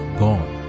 gone